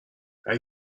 اگه